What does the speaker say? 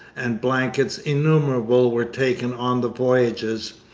and blankets innumerable were taken on the voyages,